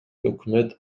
өкмөт